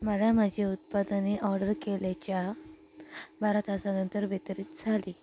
मला माझे उत्पादने ऑर्डर केल्याच्या बारा तासानंतर वितरीत झाली